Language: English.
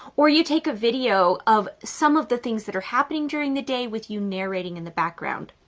or you take a video of some of the things that are happening during the day with you narrating in the background.